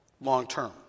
long-term